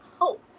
hope